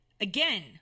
again